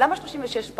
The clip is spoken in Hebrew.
למה 36 פעמים?